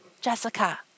Jessica